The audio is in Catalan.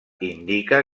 indica